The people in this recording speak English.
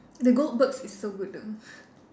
the Goldbergs is so good though